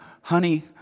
honey